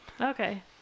Okay